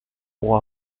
pour